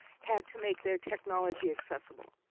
had to make their technology accessible.